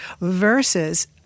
versus